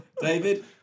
David